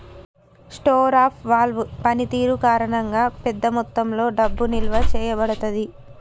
store of value పనితీరు కారణంగా, పెద్ద మొత్తంలో డబ్బు నిల్వ చేయబడతాది